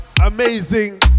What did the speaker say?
Amazing